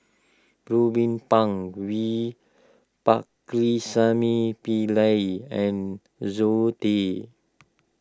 Ruben Pang V Pakirisamy Pillai and Zoe Tay